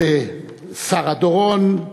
שרה דורון,